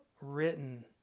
written